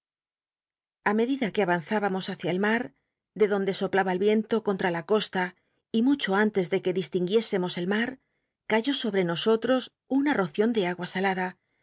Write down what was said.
a medida que mmr ibamos h icia el mar de donde soplaba el viento contra la costa y mucho antes de c ue distinguiésemos el mar cayó sobr e nosotros un rocion de agua salada